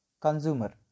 consumer